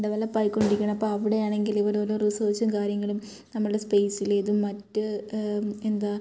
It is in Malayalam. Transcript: അതേപോലെ ഇപ്പം ആയിക്കൊണ്ടിരിക്കണത് അപ്പം അവിടെയാണെങ്കിൽ ഒരോരോ റിസേർച്ചും കാര്യങ്ങളും നമ്മളുടെ സ്പേസിലേതും മറ്റ് എന്താ